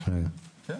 כן.